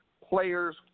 players